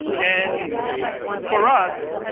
and for us,